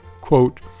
quote